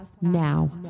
now